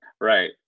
right